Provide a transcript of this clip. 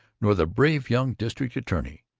nor the brave young district attorney,